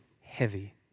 heavy